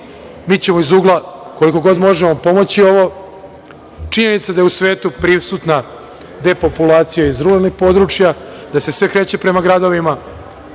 Mi ćemo iz ugla koliko god možemo pomoći ovo. Činjenica da je u svetu prisutna depopulacija iz ruralnih područja, da se sve kreće prema gradovima,